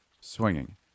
swinging